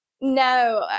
no